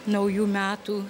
naujų metų